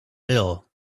ill